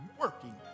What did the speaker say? working